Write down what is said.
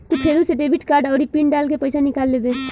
तू फेरू से डेबिट कार्ड आउरी पिन डाल के पइसा निकाल लेबे